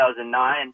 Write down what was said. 2009